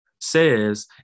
says